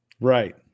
right